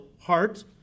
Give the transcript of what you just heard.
heart